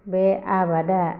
बे आबादा